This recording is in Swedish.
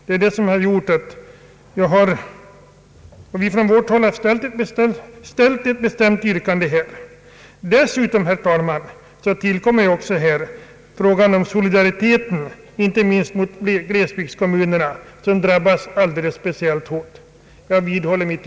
Dessutom, herr talman, tillkommer här frågan om solidariteten med glesbygdskommunernas människor som drabbas speciellt svårt.